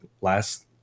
last